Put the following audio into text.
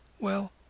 Well